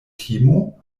timo